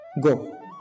Go